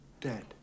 Dead